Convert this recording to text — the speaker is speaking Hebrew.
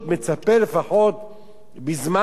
לפחות בזמן מצוקה,